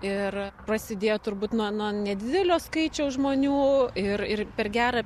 ir prasidėjo turbūt nuo nuo nedidelio skaičiaus žmonių ir ir per gerą